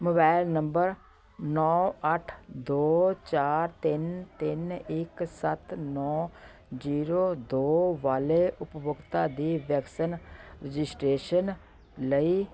mobile number ਨੌਂ ਅੱਠ ਦੋ ਚਾਰ ਤਿੰਨ ਤਿੰਨ ਇੱਕ ਸੱਤ ਨੌਂ ਜੀਰੋ ਦੋ ਵਾਲੇ ਉਪਭੋਗਤਾ ਦੀ ਵੈਕਸੀਨ ਰਜਿਸਟ੍ਰੇਸ਼ਨ ਲਈ